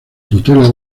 tutela